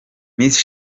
miss